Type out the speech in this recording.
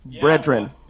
Brethren